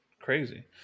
crazy